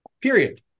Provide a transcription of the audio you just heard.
period